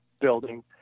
building